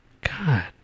God